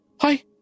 hi